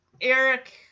Eric